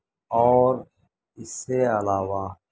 اور اس سے علاوہ